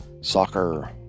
soccer